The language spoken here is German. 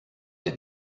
der